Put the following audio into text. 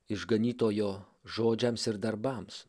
išganytojo žodžiams ir darbams